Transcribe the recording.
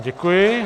Děkuji.